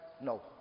No